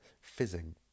fizzing